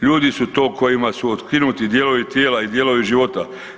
Ljudi su to kojima su otkinuti dijelovi tijela i dijelovi života.